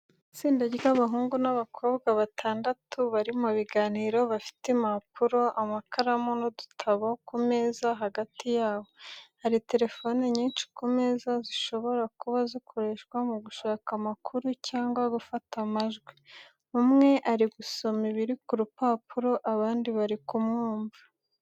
Itsinda ry’abahungu n'abakobwa batandatu, bari mu biganiro bafite impapuro, amakaramu, n’udutabo ku meza hagati yabo. Hari telefone nyinshi ku meza, zishobora kuba zikoreshwa mu gushaka amakuru cyangwa gufata amajwi. Umwe ari gusoma ibiri ku rupapuro, abandi bari kumwumva.